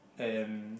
and